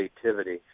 creativity